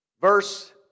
Verse